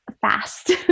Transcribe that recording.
fast